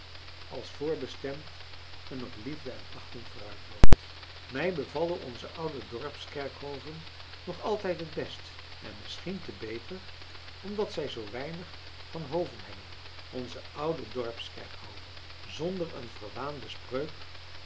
als voor bestemt en op liefde en achting vooruitloopt mij bevallen onze oude dorpskerkhoven nog altijd het best en misschien te beter omdat zij zoo weinig van hoven hebben onze oude dorpskerkhoven zonder een verwaande spreuk